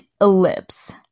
ellipse